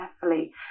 carefully